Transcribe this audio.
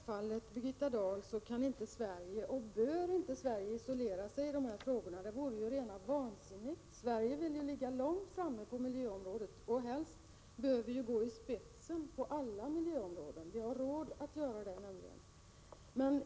Herr talman! Självfallet kan och bör inte Sverige isolera sig i dessa frågor. Det vore ju rena vansinnet. Sverige vill ju ligga långt framme på miljöområdet. Helst bör vi gå i spetsen på alla miljöområden. Vi har nämligen råd att göra det.